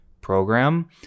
program